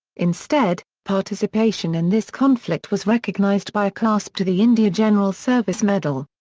instead, participation in this conflict was recognised by a clasp to the india general service medal.